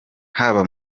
haba